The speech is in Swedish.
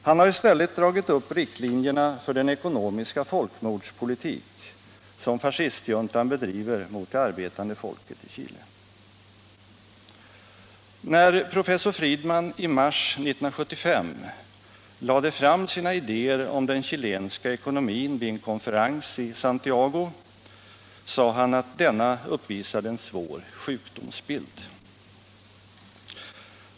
Han har i stället dragit upp riktlinjerna för den ekonomiska folkmordspolitik som fascistjuntan bedriver mot det arbetande folket i Chile. När professor Friedman i mars 1975 lade fram sina idéer om den chilenska ekonomin vid en konferens i Santiago, sade han att denna uppvisade en svår sjukdomsbild.